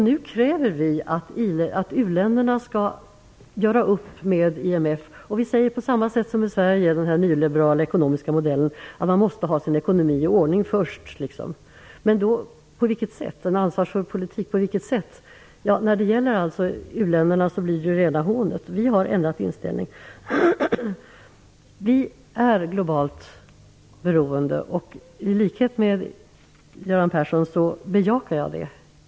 Nu kräver vi att u-länderna skall göra upp med IMF. Vi säger på samma sätt som i Sverige, enligt den nyliberala ekonomiska modellen, att man måste ha sin ekonomi i ordning först. På vilket sätt? På vilket sätt skall man föra en ansvarsfull politik? För u-länderna är det rena hånet. Vi har ändrat inställning. Vi är globalt beroende. I likhet med Göran Persson bejakar jag det.